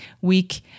week